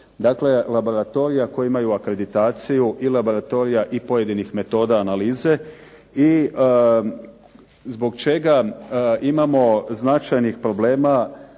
Dakle, laboratorija koji imaju akreditaciju i laboratorija i pojedinih metoda analize. I zbog čega imamo značajnih problema,